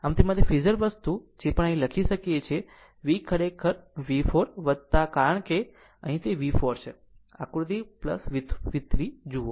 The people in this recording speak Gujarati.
આમ તેમાંથી ફેઝર વસ્તુ છે જે આપણે લખી શકીએ છીએ કે V ખરેખર V4 કારણ કે અહીંથી અહીં તે પર V 4 છે આકૃતિ V3 જોવો